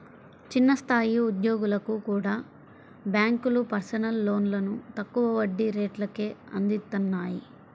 చిన్న స్థాయి ఉద్యోగులకు కూడా బ్యేంకులు పర్సనల్ లోన్లను తక్కువ వడ్డీ రేట్లకే అందిత్తన్నాయి